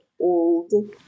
old